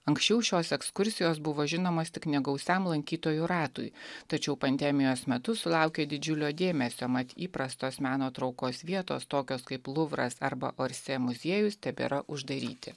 anksčiau šios ekskursijos buvo žinomas tik negausiam lankytojų ratui tačiau pandemijos metu sulaukė didžiulio dėmesio mat įprastos meno traukos vietos tokios kaip luvras arba orsė muziejus tebėra uždaryti